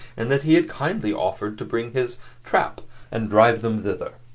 and that he had kindly offered to bring his trap and drive them thither.